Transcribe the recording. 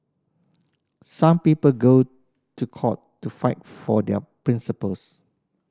some people go to court to fight for their principles